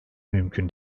mümkün